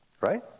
right